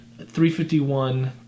351